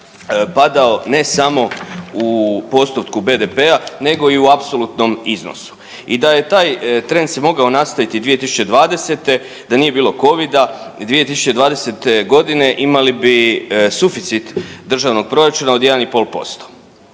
padao ne samo u postotku BDP-a nego i u apsolutnom iznosu i da je taj trend se mogao nastaviti i 2020. da nije bilo covida i 2020.g. imali bi suficit državnog proračuna od 1,5%.